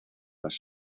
más